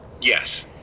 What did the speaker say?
Yes